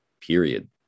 period